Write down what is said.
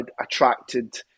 attracted